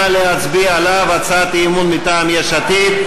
נא להצביע עליו: הצעת אי-אמון מטעם יש עתיד.